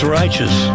righteous